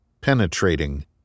penetrating